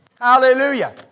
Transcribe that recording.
Hallelujah